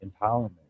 empowerment